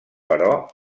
però